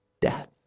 death